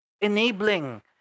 enabling